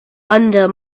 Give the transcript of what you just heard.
under